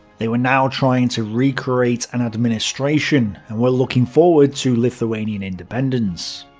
they were now trying to recreate an administration, and were looking forward to lithuanian independence.